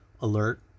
alert